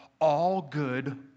all-good